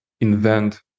invent